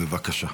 בבקשה.